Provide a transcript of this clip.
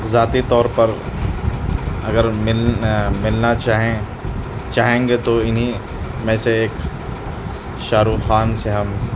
ذاتی طور پر اگر ملنا چاہیں چاہیں گے تو انہیں میں سے ایک شاہ رخ خان سے ہم